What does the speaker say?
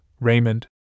Raymond